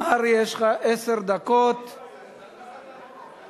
הצעת חוק למניעת הסתננות